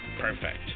perfect